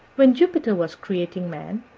when jupiter was creating man,